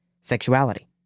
sexuality